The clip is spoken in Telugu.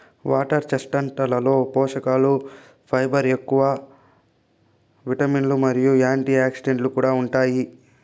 వాటర్ చెస్ట్నట్లలో పోషకలు ఫైబర్ ఎక్కువ, విటమిన్లు మరియు యాంటీఆక్సిడెంట్లు కూడా ఉంటాయి